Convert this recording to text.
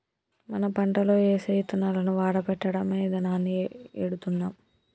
మనం పంటలో ఏసే యిత్తనాలను వాడపెట్టడమే ఇదానాన్ని ఎడుతున్నాం